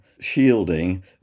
shielding